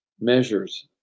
measures